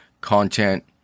content